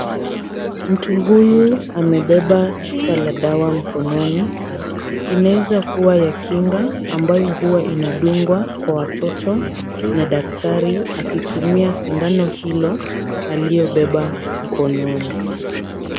Mtu huyu amebeba chupa la dawa mkononi. Inaweza kuwa ya kinga ambayo huwa inadungwa kwa watoto na daktari akitumia sindano hilo aliyobeba mkononi.